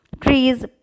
Trees